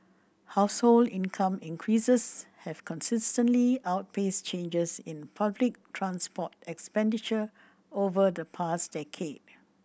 household income increases have consistently outpaced changes in public transport expenditure over the past decade